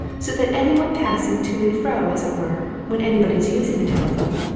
so that any one passing to and fro, as it were, when anybody's using the telephone,